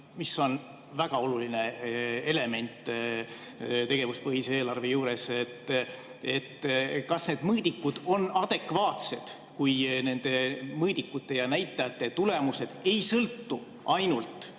mis on väga olulised tegevuspõhise eelarve juures. Kas need mõõdikud on adekvaatsed, kui nende mõõdikute ja näitajate tulemused ei sõltu ainult